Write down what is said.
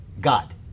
God